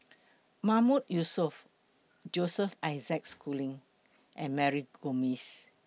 Mahmood Yusof Joseph Isaac Schooling and Mary Gomes